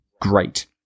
great